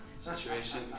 situation